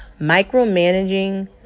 Micromanaging